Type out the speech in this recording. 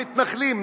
המתנחלים,